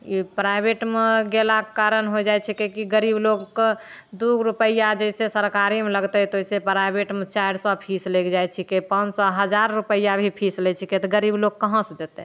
ई प्राइवेटमे गेलाके कारण हो जाइ छै कि गरीब लोकके दुइ रुपैआ जइसे सरकारीमे लगतै तऽ वइसे प्राइवेटमे चारि सओ फीस लागि जाइ छिकै पाँच सओ हजार रुपैआ भी फीस लै छिकै तऽ गरीब लोक कहाँसे देतै